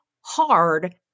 hard